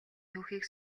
түүхийг